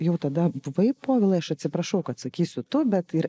jau tada buvai povilai aš atsiprašau kad sakysiu tu bet ir